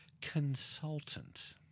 consultant